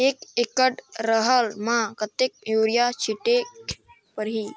एक एकड रहर म कतेक युरिया छीटेक परही?